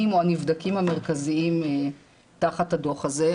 או הנבדקים המרכזיים תחת הדו"ח הזה.